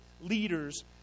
leaders